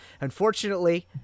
Unfortunately